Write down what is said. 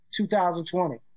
2020